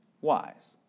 wise